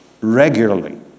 regularly